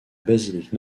basilique